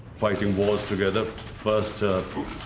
fighting wars together first